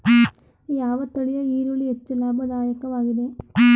ಯಾವ ತಳಿಯ ಈರುಳ್ಳಿ ಹೆಚ್ಚು ಲಾಭದಾಯಕವಾಗಿದೆ?